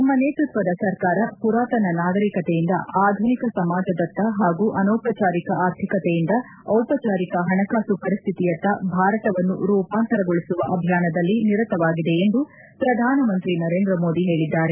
ತಮ್ಮ ನೇತೃತ್ಯದ ಸರ್ಕಾರ ಪುರಾತನ ನಾಗರಿಕತೆಯಿಂದ ಆಧುನಿಕ ಸಮಾಜದತ್ತ ಹಾಗೂ ಅನೌಪಚಾರಿಕ ಆರ್ಥಿಕತೆಯಿಂದ ಔಪಚಾರಿಕ ಹಣಕಾಸು ಪರಿಸ್ಡಿತಿಯತ್ತ ಭಾರತವನ್ನು ರೂಪಾಂತರಗೊಳಿಸುವ ಅಭಿಯಾನದಲ್ಲಿ ನಿರತವಾಗಿದೆ ಎಂದು ಪ್ರಧಾನಮಂತ್ರಿ ನರೇಂದ್ರ ಮೋದಿ ಹೇಳಿದ್ದಾರೆ